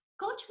coach